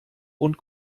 und